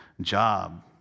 job